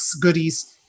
goodies